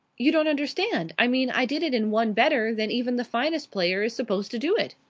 you don't understand. i mean i did it in one better than even the finest player is supposed to do it.